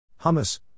Hummus